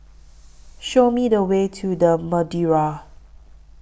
Show Me The Way to The Madeira